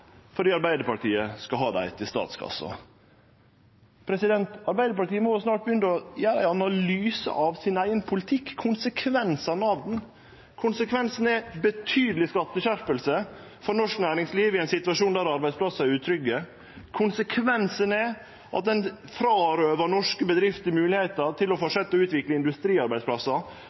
fordi Arbeidarpartiet skal ha dei til statskassa. Arbeidarpartiet må snart begynne å gjere ein analyse av sin eigen politikk, konsekvensane av den. Konsekvensen er betydeleg skatteskjerping for norsk næringsliv i ein situasjon der arbeidsplassar er utrygge. Konsekvensen er at norske bedrifter vert frårøva moglegheita til å fortsetje å utvikle industriarbeidsplassar